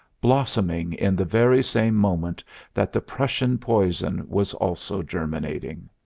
blossoming in the very same moment that the prussian poison was also germinating.